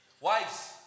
Wives